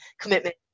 commitment